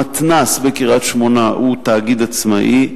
המתנ"ס בקריית-שמונה הוא תאגיד עצמאי,